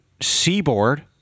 Seaboard